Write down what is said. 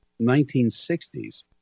1960s